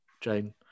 Jane